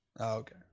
Okay